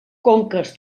conques